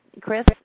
Chris